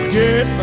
get